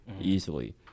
easily